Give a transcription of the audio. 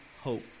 hope